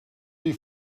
wie